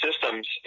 systems